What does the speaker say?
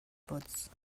buds